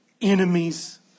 enemies